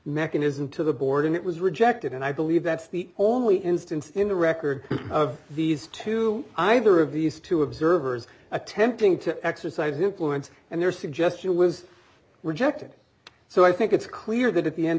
mechanism to the board and it was rejected and i believe that's the only instance in the record of these two either of these two observers attempting to exercise influence and their suggestion was rejected so i think it's clear that at the end